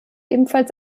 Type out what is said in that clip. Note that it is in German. ebenfalls